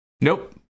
Nope